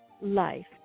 life